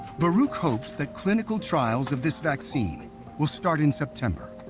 barouch hopes that clinical trials of this vaccine will start in september.